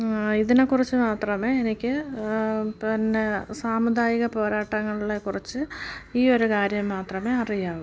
ഇതിനേക്കുറിച്ച് മാത്രമേ എനിക്ക് പിന്നെ സാമുദായിക പോരാട്ടങ്ങളെക്കുറിച്ച് ഈ ഒരു കാര്യം മാത്രമേ അറിയാവൂ